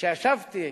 וכשישבתי